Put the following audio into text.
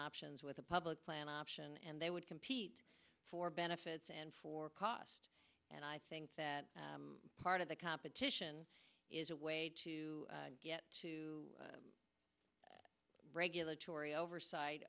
options with a public plan option and they would compete for benefits and for cost and i think that part of the competition is a way to get regulatory oversight